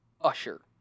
Usher